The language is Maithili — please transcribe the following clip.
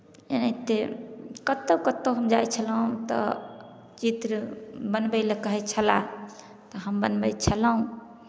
एनाहिते कतहु कतहु हम जाइ छलहुँ तऽ चित्र बनबै लेल कहै छलाह तऽ हम बनबै छलहुँ